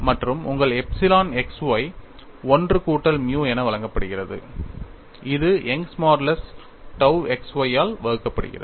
மற்றும் உங்கள் epsilon x y 1 கூட்டல் மியூ என வழங்கப்படுகிறது இது யங்கின் மாடுலஸால் Young's modulus tau x y ஆல் வகுக்கப்படுகிறது